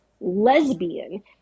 lesbian